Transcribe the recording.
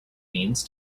means